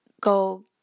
go